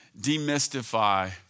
demystify